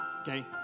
Okay